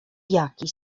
jaki